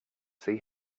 see